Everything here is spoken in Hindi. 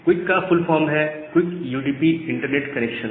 क्विक का फुल फॉर्म है क्विक यूटीपी इंटरनेट कनेक्शन